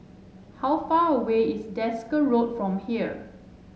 how far away is Desker Road from here